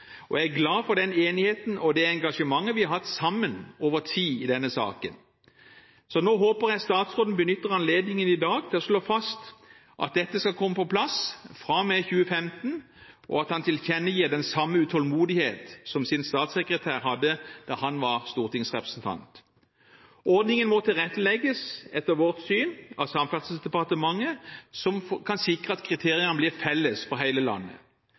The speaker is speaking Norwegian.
og jeg er glad for den enigheten og det engasjementet vi har hatt sammen over tid i denne saken. Så nå håper jeg statsråden benytter anledningen i dag til å slå fast at dette skal komme på plass fra og med 2015, og at han tilkjennegir den samme utålmodighet som hans statssekretær hadde da han var stortingsrepresentant. Ordningen må etter vårt syn tilrettelegges av Samferdselsdepartementet, som kan sikre at kriteriene blir felles for hele landet.